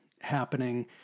happening